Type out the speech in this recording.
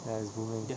ya it's booming